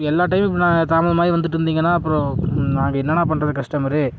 எல்லா டைமு இப்படி தாமதமாயி வந்துட்டு இருந்தீங்கன்னா அப்புறம் நாங்கள் என்னெண்ணா பண்ணுறது கஸ்டமரு